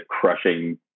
crushing